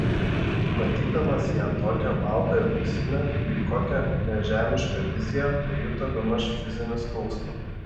matydamas ją tokią baltą ir auksinę lyg kokią nežemišką viziją pajuto bemaž fizinį skausmą